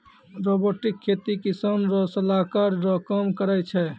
robotic खेती किसान रो सलाहकार रो काम करै छै